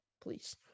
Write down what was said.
Please